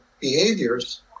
behaviors